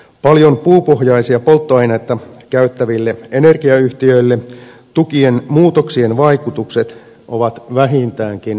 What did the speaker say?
paljon puupohjaisia polttoaineita käyttäville energiayhtiöille tukien muutoksien vaikutukset ovat vähintäänkin haastavia